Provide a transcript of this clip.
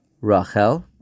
Rachel